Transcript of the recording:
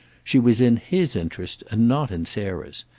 she was in his interest and not in sarah's,